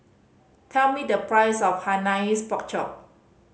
tell me the price of Hainanese Pork Chop